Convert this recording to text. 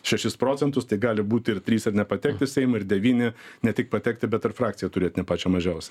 šešis procentus tai gali būti ir trys ir nepatekt į seimą ir devyni ne tik patekti bet ir frakciją turėt ne pačią mažiausią